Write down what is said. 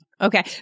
Okay